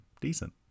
decent